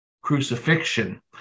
crucifixion